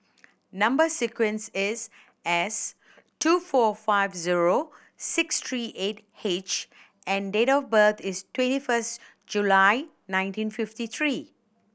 number sequence is S two four five zero six three eight H and date of birth is twenty first July nineteen fifty three